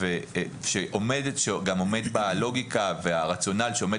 שיש בה גם את הלוגיקה והרציונל שעומד